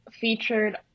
featured